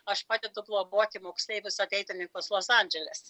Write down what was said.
aš padedu globoti moksleivius ateitininkus los andželes